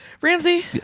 Ramsey